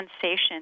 sensation